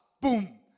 boom